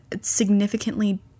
significantly